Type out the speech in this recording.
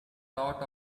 lot